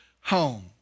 home